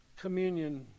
communion